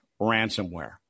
ransomware